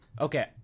Okay